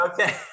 Okay